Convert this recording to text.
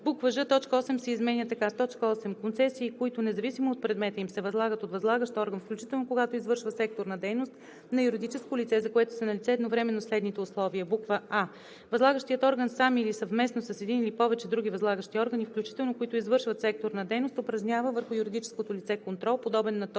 точка 8 се изменя така: „8. Концесии, които, независимо от предмета им, се възлагат от възлагащ орган, включително когато извършва секторна дейност, на юридическо лице, за което са налице едновременно следните условия: а) възлагащият орган сам, или съвместно с един или повече други възлагащи органи, включително които извършват секторна дейност, упражнява върху юридическото лице контрол, подобен на този,